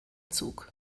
zug